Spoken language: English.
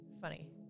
Funny